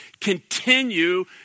continue